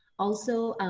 also,